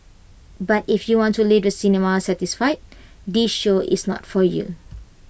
but if you want to leave the cinema satisfied this show is not for you